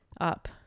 up